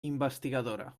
investigadora